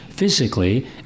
Physically